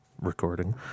recording